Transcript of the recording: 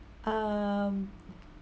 um